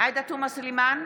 עאידה תומא סלימאן,